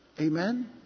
Amen